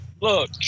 Look